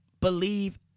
believe